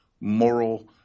moral